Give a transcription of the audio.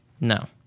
No